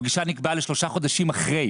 הפגישה נקבעה לשלושה חודשים אחרי.